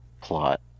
plot